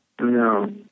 No